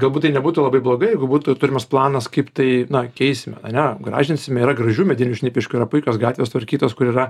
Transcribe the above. galbūt tai nebūtų labai blogai jeigu būtų turimas planas kaip tai na keisime ane gražinsime yra gražių medinių šnipiškių yra puikios gatvės tvarkytos kur yra